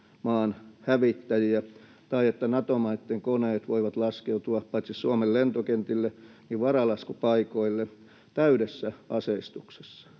maan hävittäjiä tai että Nato-maitten koneet voivat laskeutua paitsi Suomen lentokentille myös varalaskupaikoille täydessä aseistuksessa